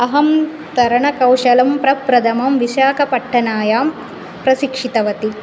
अहं तरणकौशलं प्रप्रथमं विशाकपट्टनायां प्रसिक्षितवती